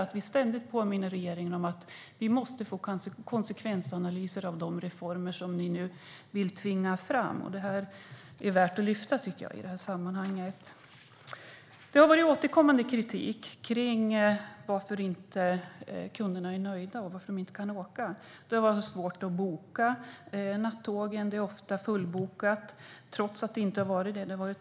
Vi påminner ständigt regeringen om att vi måste få konsekvensanalyser av de reformer som ni nu vill tvinga fram. Detta är värt att lyfta fram i sammanhanget. Det har varit återkommande kritik från kunder som inte är nöjda och som inte kunnat åka. Det har varit svårt att boka nattågen. Det är ofta fullbokat trots att det finns tomma vagnar.